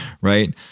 Right